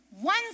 One